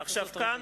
כאן,